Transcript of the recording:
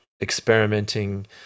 experimenting